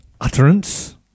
utterance